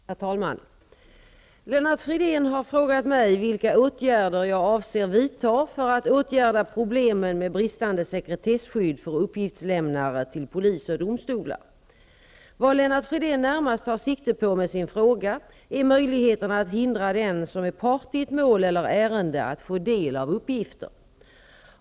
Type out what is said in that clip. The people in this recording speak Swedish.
Herr talman! Lennart Fridén har frågat mig vilka åtgärder jag avser att vidta för att åtgärda problemen med bristande sekretesskydd för uppgiftslämnare till polis och domstolar. Vad Lennart Fridén närmast tar sikte på med sin fråga är möjligheterna att hindra den som är part i ett mål eller ärende att få del av uppgifter.